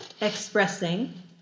expressing